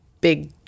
big